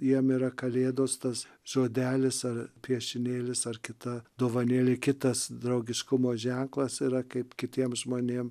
jiem yra kalėdos tas žodelis ar piešinėlis ar kita dovanėlė kitas draugiškumo ženklas yra kaip kitiem žmonėm